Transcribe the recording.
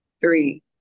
three